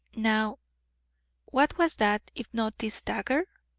now what was that, if not this dagger?